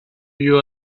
you